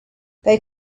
they